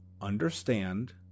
understand